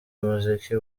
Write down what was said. umuziki